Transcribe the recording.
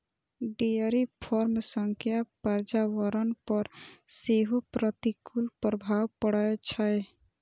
dairy farm सं पर्यावरण पर सेहो प्रतिकूल प्रभाव पड़ै छै